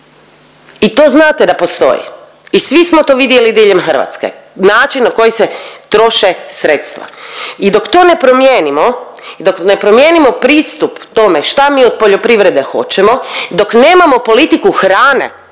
I to znate da postoji i svi smo to vidjeli diljem Hrvatske način na koji se troše sredstva. I dok to ne promijenimo i dok ne promijenimo pristup tome šta mi od poljoprivrede hoćemo, dok nemamo politiku hrane,